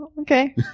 Okay